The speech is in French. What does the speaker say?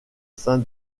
sein